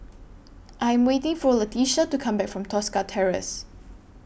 I Am waiting For Latesha to Come Back from Tosca Terrace